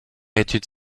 étude